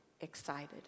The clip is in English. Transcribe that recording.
excited